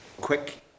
quick